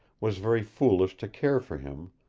was very foolish to care for him,